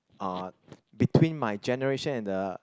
uh between my generation and the